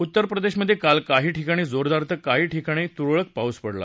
उत्तर प्रदेशमधे काल काही ठिकाणी जोरदार तर काही ठिकाणी तुरळक ठिकाणी पाऊस पडला